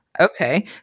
okay